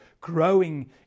growing